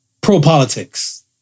pro-politics